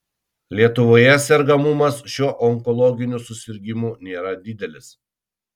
lietuvoje sergamumas šiuo onkologiniu susirgimu nėra didelis